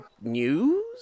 news